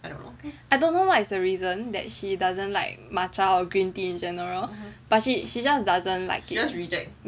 I don't know what is the reason that she doesn't like matcha green tea in general but she she just doesn't like it